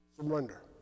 surrender